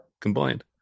combined